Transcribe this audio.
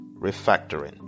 refactoring